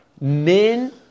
Men